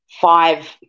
five